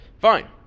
Fine